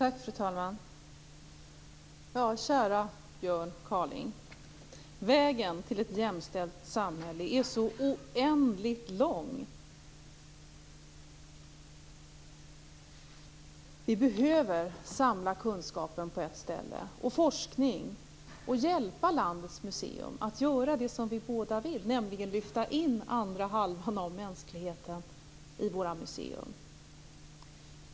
Fru talman! Käre Björn Kaaling! Vägen till ett jämställt samhälle är så oändligt lång. Vi behöver samla kunskap och forskning på ett ställe och hjälpa landets museer att göra det som vi båda vill, nämligen lyfta in den andra halvan av mänskligheten på museerna.